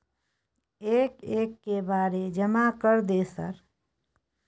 एक एक के बारे जमा कर दे सर?